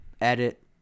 edit